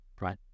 right